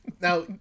Now